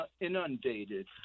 inundated